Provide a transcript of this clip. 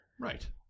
Right